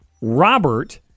Robert